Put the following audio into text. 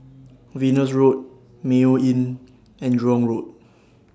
Venus Road Mayo Inn and Jurong Road